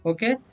Okay